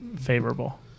favorable